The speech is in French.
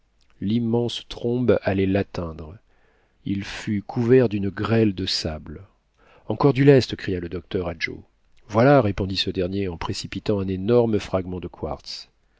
l'immense trombe allait l'atteindre il fut couvert dune grêle de sable encore du lest cria le docteur à joe voilà répondit ce dernier en précipitant un énorme fragment de quartz